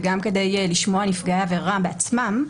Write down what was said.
וגם כדי לשמוע על נפגעי עבירה בעצמם.